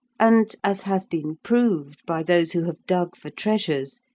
and, as has been proved by those who have dug for treasures,